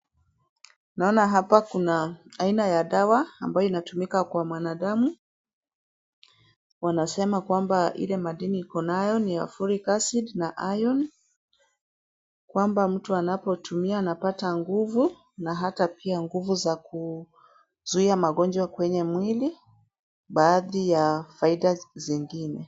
Naona hapa kuna aina ya dawa ambayo inatumika kwa mwanadamu , wanasema kwamba ile madini iko nayo ni ya folic acid na iron , kwamba mtu anapotumia anapata nguvu na hata pia nguvu za kuzuia magonjwa kwenye mwili baadhi ya faida zingine.